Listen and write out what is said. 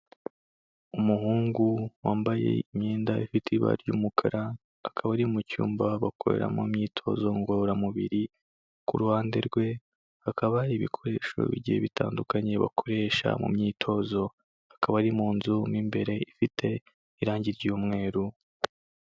Umuhungu wambaye imyenda ifite ibara ry'umukara, akaba ari mu cyumba bakorermo imyitozo ngororamubiri, ku ruhande rwe hakaba ibikoresho bigiye bitandukanye bakoresha mu myitozo. Akaba ari mu nzu mu imbere ifite irangi ry'umweru.